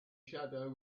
shadow